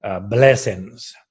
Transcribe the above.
blessings